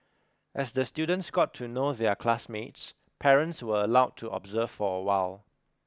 as the students got to know their classmates parents were allowed to observe for a while